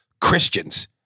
Christians